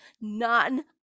None